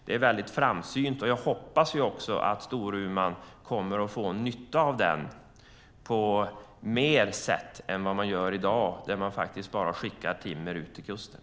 Det är väldigt framsynt. Jag hoppas också att Storuman kommer att få nytta av den mer än i dag då man faktiskt bara skickar timmer ut till kusten.